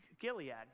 Gilead